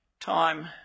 time